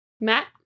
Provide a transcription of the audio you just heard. Matt